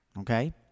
Okay